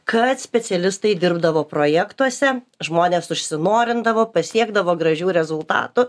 kad specialistai dirbdavo projektuose žmonės užsinorindavo pasiekdavo gražių rezultatų